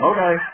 Okay